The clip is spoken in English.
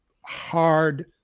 hard